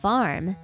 Farm